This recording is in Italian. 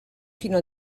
fino